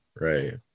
right